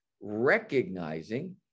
Recognizing